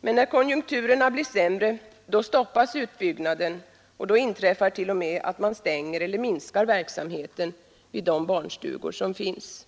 Men när konjunkturerna blir sämre stoppas utbyggnaden, och då inträffar det t.o.m. att man stänger eller minskar verksamheten vid de barnstugor som finns.